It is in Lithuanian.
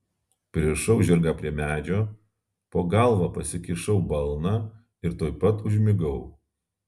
pririšau žirgą prie medžio po galva pasikišau balną ir tuoj pat užmigau